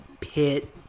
pit